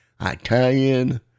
Italian